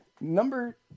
Number